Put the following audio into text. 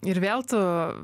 ir vėl tu